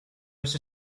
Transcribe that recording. was